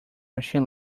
machine